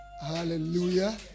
Hallelujah